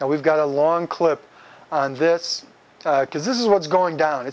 and we've got a long clip on this because this is what's going down